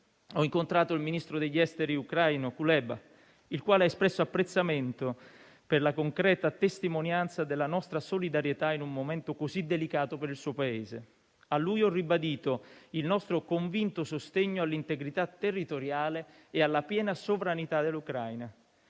Ho incontrato il ministro degli esteri ucraino Kuleba, il quale ha espresso apprezzamento per la concreta testimonianza della nostra solidarietà in un momento così delicato per il suo Paese. A lui ho ribadito il nostro convinto sostegno all'integrità territoriale e alla piena sovranità dell'Ucraina.